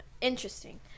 Interesting